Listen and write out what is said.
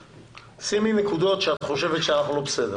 שימי נקודות בהן את חושבת שאנחנו לא בסדר